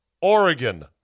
Oregon